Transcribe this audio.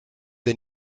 the